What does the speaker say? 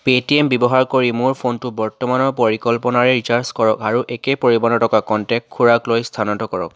Paytm ব্যৱহাৰ কৰি মোৰ ফোনটো বৰ্তমানৰ পৰিকল্পনাৰে ৰিচাৰ্জ কৰক আৰু একে পৰিমাণৰ টকা কনটেক্ট খুড়াকলৈ স্থানান্তৰ কৰক